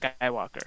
Skywalker